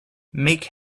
make